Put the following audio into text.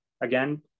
again